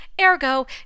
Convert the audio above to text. Ergo